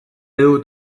dut